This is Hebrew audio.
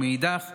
ומאידך גיסא,